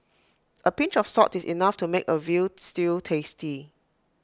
A pinch of salt is enough to make A Veal Stew tasty